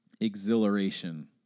exhilaration